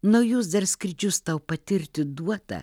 naujus dar skrydžius tau patirti duota